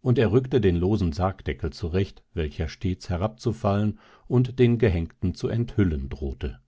und er rückte den losen sargdeckel zurecht welcher stets herabzufallen und den gehängten zu enthüllen drohte